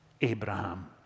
Abraham